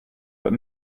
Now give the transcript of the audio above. but